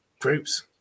groups